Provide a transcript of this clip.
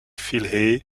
fil